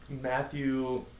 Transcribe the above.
Matthew